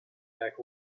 back